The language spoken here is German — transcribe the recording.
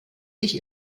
sich